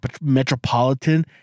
metropolitan